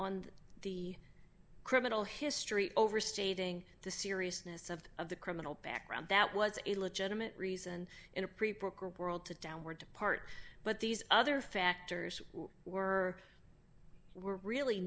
on the criminal history overstating the seriousness of of the criminal background that was a legitimate reason in a preprogramed world to downward depart but these other factors were were really